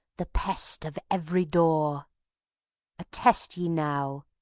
the pest of every door attest ye now,